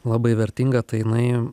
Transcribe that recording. labai vertinga tai jinai